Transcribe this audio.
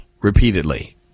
repeatedly